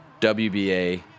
WBA